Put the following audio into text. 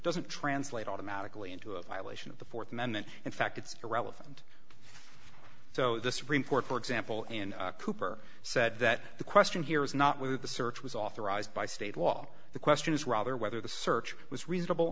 doesn't translate automatically into a violation of the th amendment in fact it's irrelevant so the supreme court for example and cooper said that the question here is not whether the search was authorized by state law the question is rather whether the search was reasonable